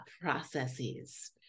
processes